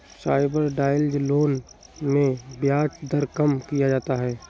subsidised loan में ब्याज दर कम किया जाता है